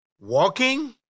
walking